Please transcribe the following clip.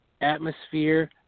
atmosphere